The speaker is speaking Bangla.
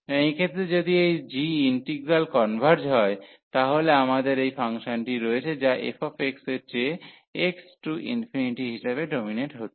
এবং এক্ষেত্রে যদি এই g ইন্টিগ্রাল কনভার্জ হয় তাহলে আমাদের এই ফাংশনটি রয়েছে যা f এর চেয়ে x→∞ হিসাবে ডোমিনেট হচ্ছে